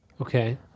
Okay